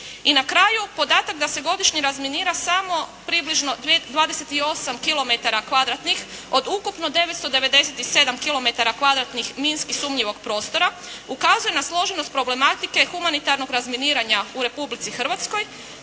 I na kraju podatak da se godišnje razminira samo približno 28 kilometara kvadratnih od ukupno 997 kilometara kvadratnih minski sumnjivog prostora ukazuje na složenost problematike humanitarnog razminiranja u Republici Hrvatskoj,